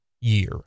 year